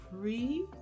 free